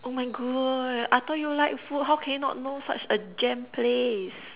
oh my God I thought you like food how can you not know such a gem place